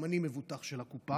גם אני מבוטח של הקופה.